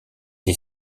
est